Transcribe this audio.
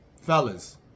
Fellas